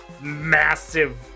massive